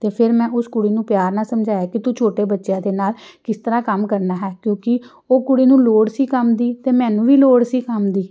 ਅਤੇ ਫਿਰ ਮੈਂ ਉਸ ਕੁੜੀ ਨੂੰ ਪਿਆਰ ਨਾਲ ਸਮਝਾਇਆ ਕਿ ਤੂੰ ਛੋਟੇ ਬੱਚਿਆਂ ਦੇ ਨਾਲ ਕਿਸ ਤਰ੍ਹਾਂ ਕੰਮ ਕਰਨਾ ਹੈ ਕਿਉਂਕਿ ਉਹ ਕੁੜੀ ਨੂੰ ਲੋੜ ਸੀ ਕੰਮ ਦੀ ਅਤੇ ਮੈਨੂੰ ਵੀ ਲੋੜ ਸੀ ਕੰਮ ਦੀ